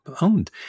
owned